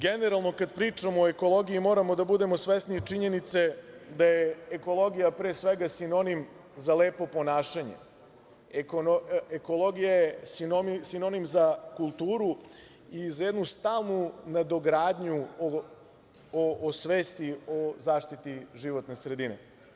Generalno, kada pričamo o ekologiji, moramo da budemo svesni činjenice da je ekologija pre svega sinonim za lepo ponašanje, ekologija je sinonim za kulturu i za jednu stalnu nadogradnju o svesti o zaštiti životne sredine.